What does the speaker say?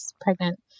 pregnant